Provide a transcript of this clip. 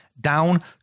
down